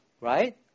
Right